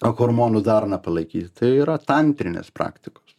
o hormonų darną palaikyti tai yra tantrinės praktikos